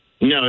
No